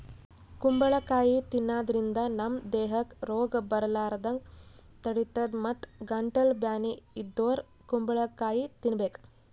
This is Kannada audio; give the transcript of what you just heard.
ಕುಂಬಳಕಾಯಿ ತಿನ್ನಾದ್ರಿನ್ದ ನಮ್ ದೇಹಕ್ಕ್ ರೋಗ್ ಬರಲಾರದಂಗ್ ತಡಿತದ್ ಮತ್ತ್ ಗಂಟಲ್ ಬ್ಯಾನಿ ಇದ್ದೋರ್ ಕುಂಬಳಕಾಯಿ ತಿನ್ಬೇಕ್